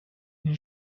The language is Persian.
این